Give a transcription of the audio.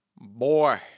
boy